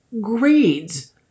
grades